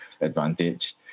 advantage